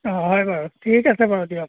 অঁ হয় বাৰু ঠিক আছে বাৰু দিয়ক